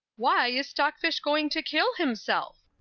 why is stock fish going to kill himself?